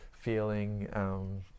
feeling